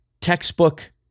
textbook